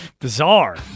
bizarre